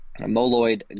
Moloid